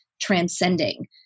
transcending